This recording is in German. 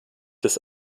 des